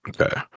Okay